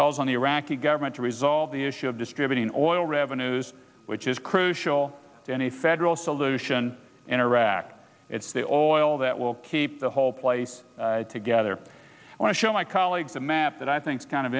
calls on the iraqi government to resolve the issue of distributing oil revenues which is crucial to any federal solution in iraq it's the oil that will keep the whole place together i want to show my colleagues a map that i think is kind of